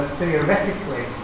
theoretically